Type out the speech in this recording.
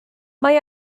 mae